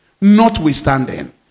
Notwithstanding